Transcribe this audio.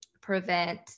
prevent